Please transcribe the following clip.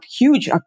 huge